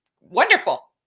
wonderful